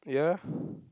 ya